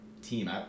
team